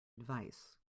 advice